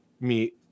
meet